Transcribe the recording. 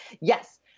Yes